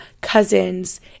cousins